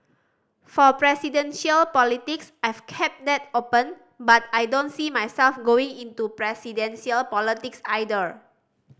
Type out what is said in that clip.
for presidential politics I've kept that open but I don't see myself going into presidential politics either